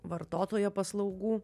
vartotojo paslaugų